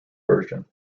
version